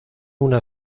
una